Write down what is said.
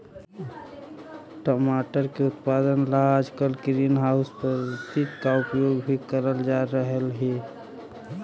टमाटर की उत्पादन ला आजकल ग्रीन हाउस पद्धति का प्रयोग भी करल जा रहलई हे